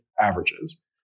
averages